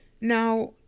Now